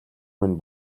минь